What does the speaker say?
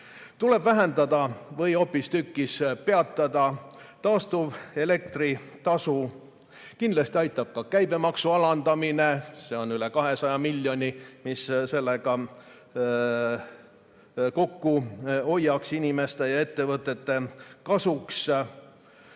Tuleb vähendada või hoopistükkis peatada taastuvelektri tasu. Kindlasti aitab ka käibemaksu alandamine, see on üle 200 miljoni, mis me sellega kokku hoiaks inimeste ja ettevõtete kasuks.